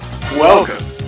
welcome